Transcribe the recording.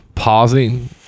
Pausing